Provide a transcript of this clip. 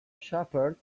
shepherd